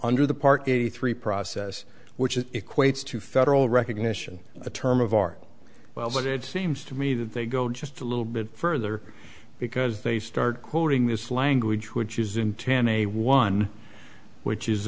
under the park eighty three process which equates to federal recognition a term of art well but it seems to me that they go just a little bit further because they start quoting this language which is in ten a one which is